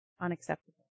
unacceptable